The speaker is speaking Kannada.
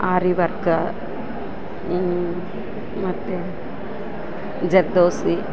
ಆರಿ ವರ್ಕ ಮತ್ತು ಜರ್ದೋಸಿ